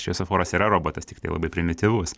šviesoforas yra robotas tiktai labai primityvus